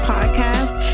Podcast